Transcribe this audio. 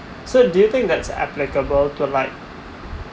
so do you think that's applicable to like